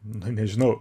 na nežinau